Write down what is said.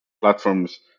platforms